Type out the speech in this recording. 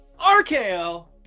RKO